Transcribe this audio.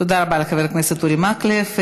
תודה רבה לחבר הכנסת אורי מקלב.